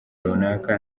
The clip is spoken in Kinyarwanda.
runaka